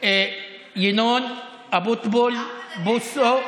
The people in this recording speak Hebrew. (הוראת שעה),